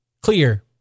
Clear